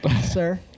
sir